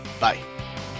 Bye